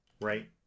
right